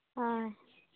ᱦᱳᱭ